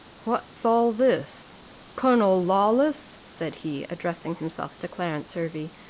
what's all this colonel lawless! said he, addressing himself to clarence hervey,